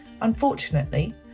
Unfortunately